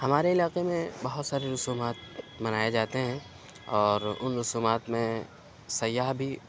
ہمارے علاقے میں بہت سارے رسومات منائے جاتے ہیں اور ان رسومات میں سیاح بھی